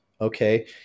okay